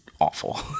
awful